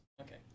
Okay